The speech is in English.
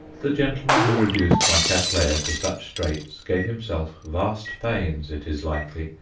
the gentleman who reduced my cattleya to such straits gave himself vast pains, it is likely,